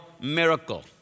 miracle